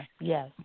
Yes